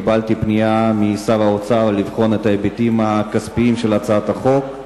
קיבלתי פנייה משר האוצר לבחון את ההיבטים הכספיים של הצעת החוק.